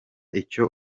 icyo